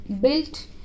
built